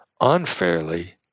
unfairly